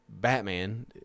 batman